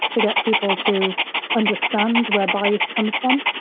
to get people to understand where bias comes from.